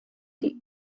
die